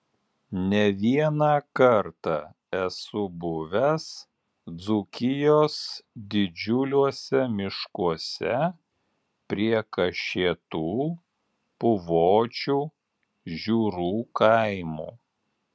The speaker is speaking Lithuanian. ne vieną kartą esu buvęs dzūkijos didžiuliuose miškuose prie kašėtų puvočių žiūrų kaimų